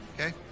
Okay